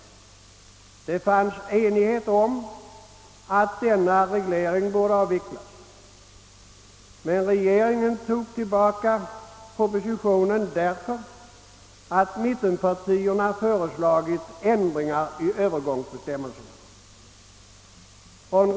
Det rådde enighet om att hyresregleringen borde avvecklas, men regeringen tog tillbaka propositionen därför att mittenpartierna hade föreslagit ändringar i övergångsbestämmelserna.